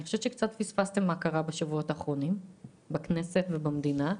חושבת שקצת פספסתם מה קרה בשבועות האחרונים בכנסת ובמדינה.